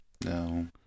No